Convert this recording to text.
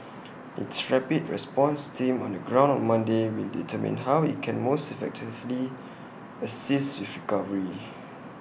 its rapid response team on the ground on Monday will determine how IT can most effectively assist with recovery